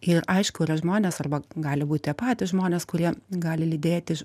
ir aišku yra žmonės arba gali būt tie patys žmonės kurie gali lydėti